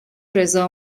رضا